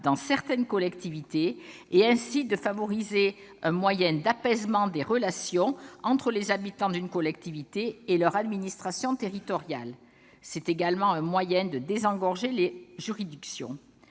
dans certaines collectivités et, ainsi, de favoriser un moyen d'apaisement des relations entre les habitants d'une collectivité et leur administration territoriale. C'est également un moyen de désengorger les juridictions.